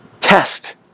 Test